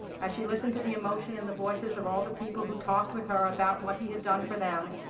as she listened to the emotion in the voices of all the people who talked with her about what he had done for them,